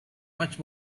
much